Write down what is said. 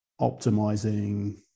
optimizing